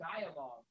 dialogue